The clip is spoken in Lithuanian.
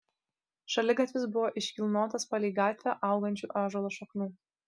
šaligatvis buvo iškilnotas palei gatvę augančių ąžuolo šaknų